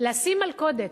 לשים מלכודת.